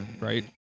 right